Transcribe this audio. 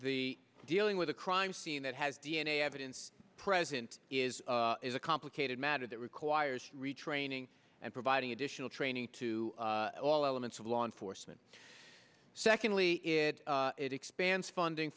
the dealing with a crime scene that has d n a evidence present is a complicated matter that requires retraining and providing additional training to all elements of law enforcement secondly it expands funding